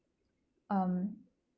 um